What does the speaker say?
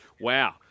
wow